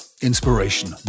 Inspiration